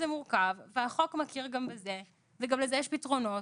זה מורכב והחוק מכיר גם בזה וגם לזה יש פתרונות,